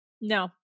no